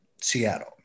Seattle